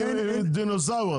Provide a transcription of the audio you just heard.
היא דינוזאור.